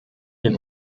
den